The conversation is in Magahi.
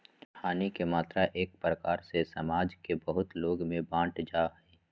हानि के मात्रा एक प्रकार से समाज के बहुत लोग में बंट जा हइ